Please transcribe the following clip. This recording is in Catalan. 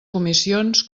comissions